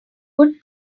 good